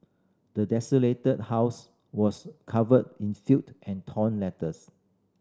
the desolated house was covered in filth and torn letters